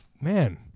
man